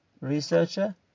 researcher